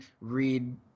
read –